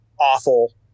awful